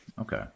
Okay